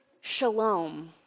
shalom